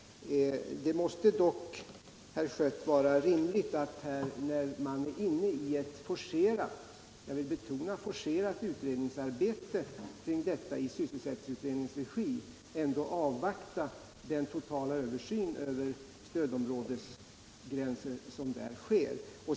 Det måste dock, herr Schött, vara rimligt, när man är inne i ett forcerat — jag vill betona forcerat — utredningsarbete kring detta i sysselsättningsutredningens regi, att avvakta den totala översyn av stödområdesgränser som där sker.